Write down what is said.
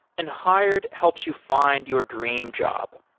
and hired helps you find your dream job.